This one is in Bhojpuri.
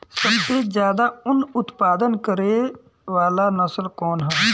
सबसे ज्यादा उन उत्पादन करे वाला नस्ल कवन ह?